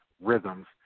rhythms